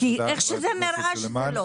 כי איך שזה נראה שלא.